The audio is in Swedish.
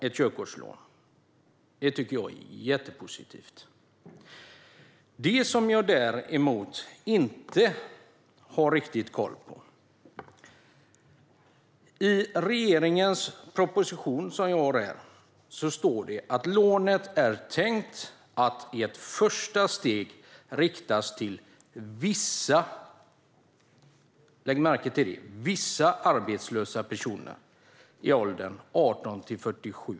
Ett körkortslån tycker jag är jättepositivt. Det som jag däremot inte har riktigt koll på gäller följande. I regeringens proposition står det att lånet är tänkt att i ett första steg riktas till vissa arbetslösa personer i åldern 18-47.